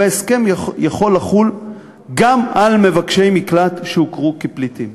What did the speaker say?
וההסכם יכול לחול גם על מבקשי מקלט שהוכרו כפליטים.